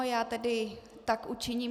Já tedy tak učiním.